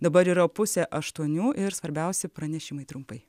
dabar yra pusė aštuonių ir svarbiausi pranešimai trumpai